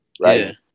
right